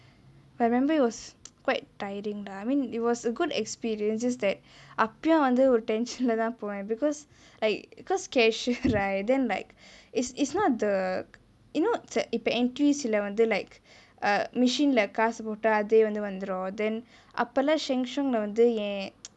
I remember it was quite tiring lah I mean it was a good experiences just that எப்பேயும் வந்து ஒரு:appeyum vanthu oru tension லேதா போவே:le thaa povae because like because cashier right then like is is not the you know இப்பே:ippae entries லே வந்து:le vanthu like err machine லே காசு போட்டா அதே வந்து வந்துரோ:le kaasu potaa athe vanthu vanthuro then அப்பெல்லா:appelaa Sheng Siong லே வந்து என்:le vanthu en